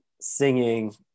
singing